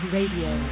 Radio